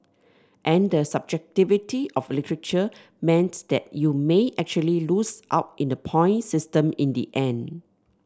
and the subjectivity of literature meant that you may actually lose out in the point system in the end